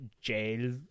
jail